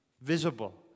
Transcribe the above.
visible